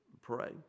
pray